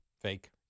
Fake